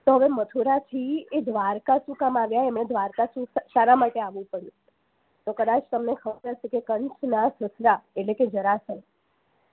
તો હવે મથુરાથી એ દ્વારકા શું કામ આવ્યા એમને દ્વારકા શાના માટે આવવું પડ્યું તો કદાચ તમને ખબર હશે કે કંસના સસરા એટલે કે જરાસંઘ